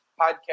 Podcast